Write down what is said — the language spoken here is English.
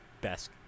best